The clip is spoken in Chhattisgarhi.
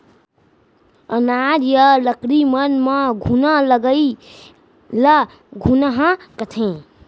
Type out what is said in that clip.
अनाज या लकड़ी मन म घुना लगई ल घुनहा कथें